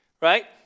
right